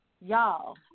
Y'all